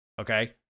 okay